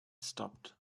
stopped